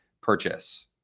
purchase